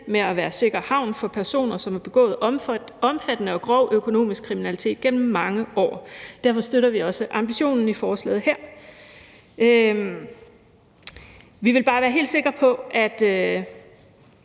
med at være sikker havn for personer, som har begået omfattende og grov økonomisk kriminalitet gennem mange år. Derfor støtter vi også ambitionen i forslaget her. Vi vil bare være helt sikre på, at